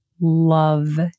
love